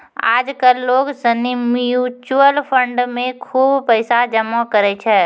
आज कल लोग सनी म्यूचुअल फंड मे खुब पैसा जमा करै छै